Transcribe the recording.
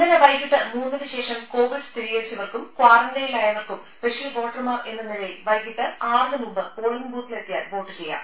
ഇന്നലെ വൈകിട്ട് മൂന്നിന് ശേഷം കോവിഡ് സ്ഥിരീകരിച്ചവർക്കും ക്വാറന്റൈനിലായവർക്കും സ്പെഷ്യൽ വോട്ടർമാർ എന്ന നിലയിൽ വൈകിട്ട് ആറിന് മുമ്പ് പോളിംഗ് ബൂത്തിലെത്തിയാൽ വോട്ട് ചെയ്യാം